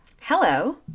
Hello